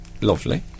lovely